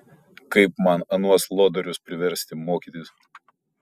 kaip man anuos lodorius priversti mokytis